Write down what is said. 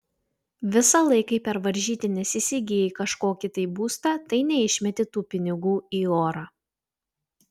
visąlaik kai per varžytines įsigyji kažkokį tai būstą tai neišmeti tų pinigų į orą